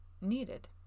needed